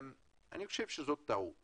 לדעתי זו טעות